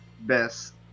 best